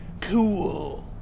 cool